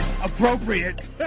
Appropriate